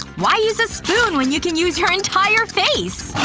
why use a spoon when you can use your entire face!